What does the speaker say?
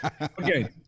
Okay